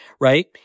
right